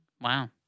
wow